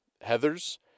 Heather's